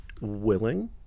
willing